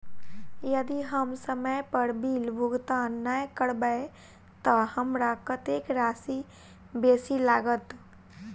यदि हम समय पर बिल भुगतान नै करबै तऽ हमरा कत्तेक राशि बेसी लागत?